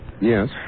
Yes